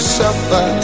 suffer